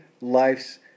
Life's